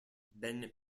ben